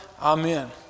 amen